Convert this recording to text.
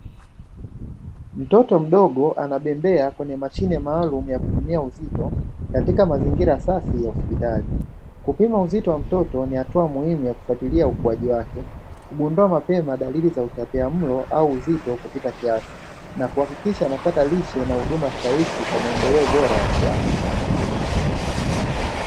Mtoto mdogo anabembea kwenye mashine maalumu ya kupimia uzito, katika mazingira safi ya hospitali. Kupima uzito wa mtoto ni hatua muhimu ya kufuatilia ukuaji wake, kugundua mapema dalili za utapiamlo au uzito kupita kiasi, na kuhakikisha anapata lishe na huduma stahiki kwa maendeleo bora ya kiafya.